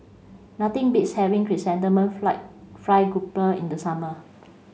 nothing beats having Chrysanthemum Fried Fried Grouper in the summer